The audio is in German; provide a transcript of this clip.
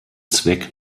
zweck